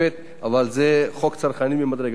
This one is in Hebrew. אבל זה חוק צרכני ממדרגה ראשונה,